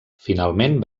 finalment